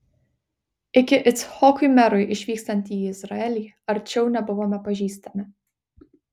iki icchokui merui išvykstant į izraelį arčiau nebuvome pažįstami